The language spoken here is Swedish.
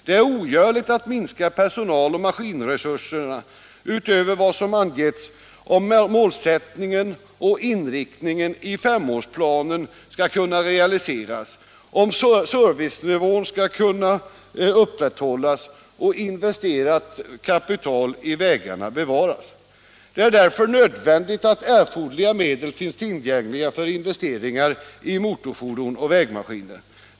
Det är ogörligt att minska personal och maskinresurserna utöver vad som angetts — om målsättningen och inriktningen i femårsplanen skall kunna realiseras, om servicenivån skall kunna upprätthållas och i vägarna investerat kapital bevaras. Det är därför nödvändigt att erforderliga medel finns tillgängliga för investeringar i motorfordon och vägmaskiner.